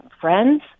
friends